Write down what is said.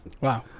wow